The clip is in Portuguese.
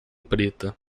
preta